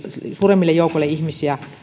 suuremmille joukoille ihmisiä